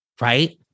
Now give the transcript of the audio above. right